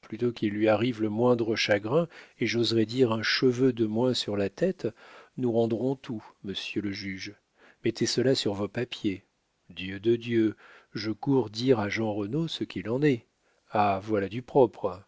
plutôt qu'il lui arrive le moindre chagrin et j'oserais dire un cheveu de moins sur la tête nous rendrons tout monsieur le juge mettez cela sur vos papiers dieu de dieu je cours dire à jeanrenaud ce qu'il en est ah voilà du propre